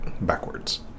backwards